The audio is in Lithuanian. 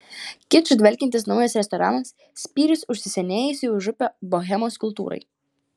kiču dvelkiantis naujas restoranas spyris užsisenėjusiai užupio bohemos kultūrai